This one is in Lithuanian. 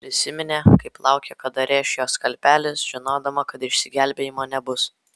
prisiminė kaip laukė kada rėš jo skalpelis žinodama kad išsigelbėjimo nebus